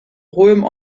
hohem